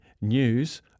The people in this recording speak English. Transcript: news